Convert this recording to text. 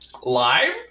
Lime